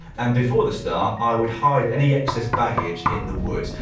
and before the start i would hide any excess baggage in the woods.